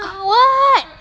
what